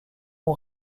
aux